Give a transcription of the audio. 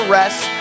rest